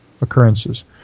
occurrences